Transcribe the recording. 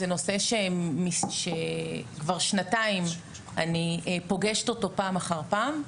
זה נושא שכבר שנתיים אני פוגשת אותו פעם אחר פעם.